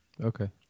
Okay